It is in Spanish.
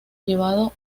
llevado